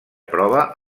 prova